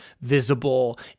visible